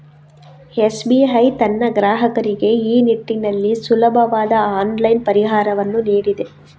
SBI ತನ್ನ ಗ್ರಾಹಕರಿಗೆ ಈ ನಿಟ್ಟಿನಲ್ಲಿ ಸುಲಭವಾದ ಆನ್ಲೈನ್ ಪರಿಹಾರವನ್ನು ನೀಡಿದೆ